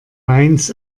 mainz